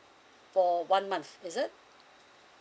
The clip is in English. for one month is it